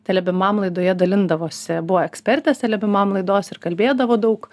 telebimam laidoje dalindavosi buvo ekspertės telebimam laidos ir kalbėdavo daug